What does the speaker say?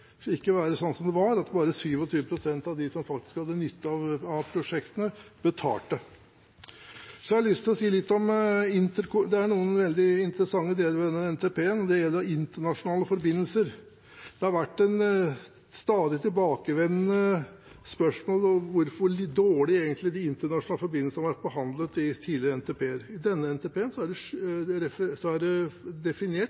skal være med og dele på gildet, og at det ikke skal være sånn som det var, at bare 27 pst. av dem som faktisk hadde nytte av prosjektene, betalte. Det er noen veldig interessante deler ved denne NTP-en, og det gjelder internasjonale forbindelser. Det har vært et stadig tilbakevendende spørsmål hvor dårlig de internasjonale forbindelsene egentlig har vært behandlet i tidligere NTP-er. I denne NTP-en er det definert